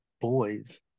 boys